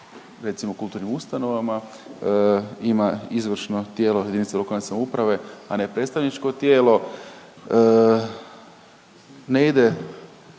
recimo kulturnim ustanovama ima izvršno tijelo JLS, a ne predstavničko tijelo. Ne ide,